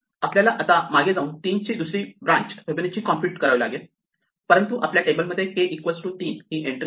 आपल्याला आता मागे जाऊन 3 ची दुसरी ब्रॅन्च फिबोनाची कॉम्पुट करावी लागेल परंतु आपल्या टेबलमध्ये k 3 एंट्री आहे